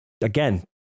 again